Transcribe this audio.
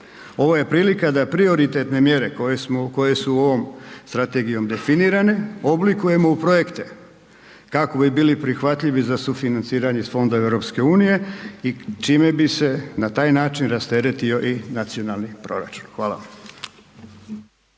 ovo je prilika da prioritetne mjere koje smo, koje su ovom strategijom definirane, oblikujemo u projekte kako bi bili prihvatljivi za sufinanciranje iz fonda EU i čime bi se na taj način rasteretio i nacionalni proračun. Hvala